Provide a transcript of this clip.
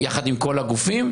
יחד עם כל הגופים.